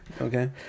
Okay